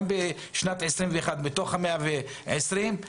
גם בשנת 21', מתוך ה-120,